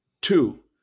Two